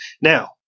Now